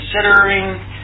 considering